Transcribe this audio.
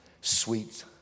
sweet